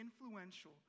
influential